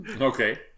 Okay